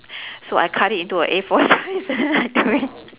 so I cut it into a A four size and then I do it